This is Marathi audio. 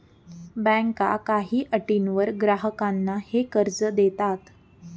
बँका काही अटींवर ग्राहकांना हे कर्ज देतात